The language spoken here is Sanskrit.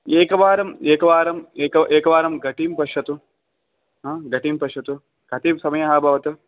एकवारम् एकवारम् एक एकवारं घटीं पश्यतु हा घटीं पश्यतु कति समयः अभवत्